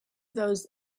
those